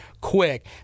quick